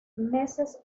meses